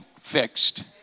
fixed